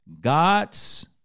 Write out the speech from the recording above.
God's